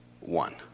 one